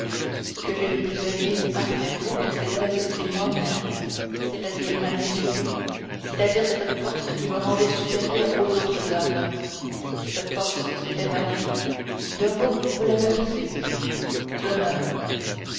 ce que j'ai le plus aimé après vous mercédès c'est moi-même c'est-à-dire ma dignité c'est-à-dire cette force qui me rendait supérieur aux autres hommes cette force c'était ma vie d'un mot vous la brisez je meurs